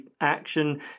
action